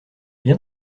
bien